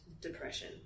depression